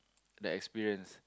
like experience